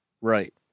Right